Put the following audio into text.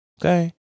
Okay